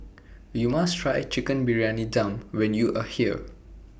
YOU must Try Chicken Briyani Dum when YOU Are here